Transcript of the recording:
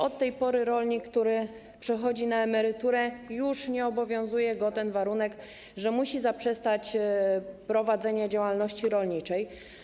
Od tej pory rolnika, który przechodzi na emeryturę, już nie obowiązuje ten warunek, że musi zaprzestać prowadzenia działalności rolniczej.